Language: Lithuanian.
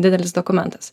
didelis dokumentas